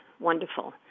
wonderful